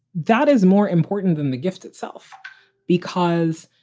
that is more important than the gift itself because,